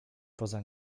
poza